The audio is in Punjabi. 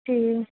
ਅਤੇ